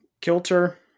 kilter